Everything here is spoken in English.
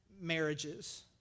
marriages